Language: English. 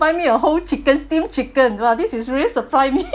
buy me a whole chicken steamed chicken well this is really surprise me